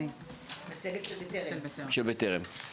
נציגת בטרם, בבקשה.